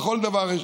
בכל דבר יש.